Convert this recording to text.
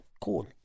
cool